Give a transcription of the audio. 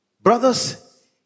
Brothers